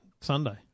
Sunday